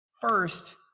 First